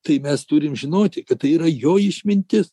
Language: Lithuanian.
tai mes turim žinoti kad tai yra jo išmintis